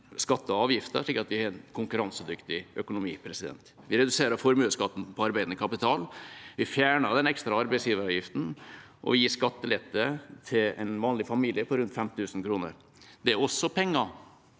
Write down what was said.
skatter og avgifter, slik at vi har en konkurransedyktig økonomi. Vi reduserer formuesskatten på arbeidende kapital, vi fjerner den ekstra arbeidsgiveravgiften og gir skattelette til en vanlig familie på rundt 5 000 kr. Det er også penger